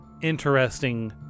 interesting